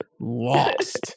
lost